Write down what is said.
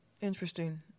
Interesting